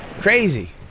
crazy